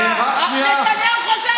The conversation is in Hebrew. נתניהו חוזר על המילה הראשונה, רק שנייה.